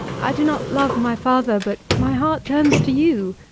i do not love my father, but my heart turns to you.